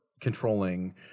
controlling